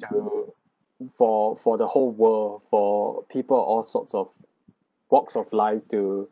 to for for the whole world for people of all sorts of walks of life to